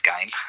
game